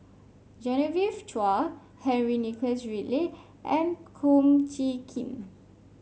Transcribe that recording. Genevieve Chua Henry Nicholas Ridley and Kum Chee Kin